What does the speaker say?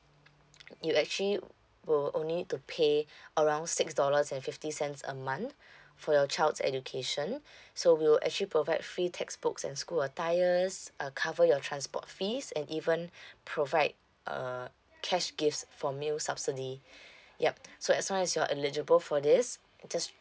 you actually will only need to pay around six dollars and fifty cents a month for your child's education so we'll actually provide free textbooks and school attires uh cover your transport fees and even provide uh cash gifts for meal subsidy yup so as long as you're eligible for this just